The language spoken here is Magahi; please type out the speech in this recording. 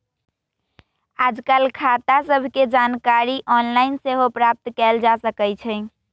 याजकाल खता सभके जानकारी ऑनलाइन सेहो प्राप्त कयल जा सकइ छै